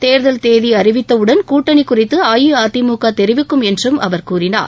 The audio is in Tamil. தேர்தல் தேதி அறிவித்தவுடன் கூட்டணி குறித்து அஇஅதிமுக தெரிவிக்கும் என்றும் அவர் கூறினார்